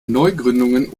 neugründungen